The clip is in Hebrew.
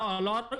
לא, לא ריסוס.